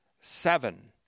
Seven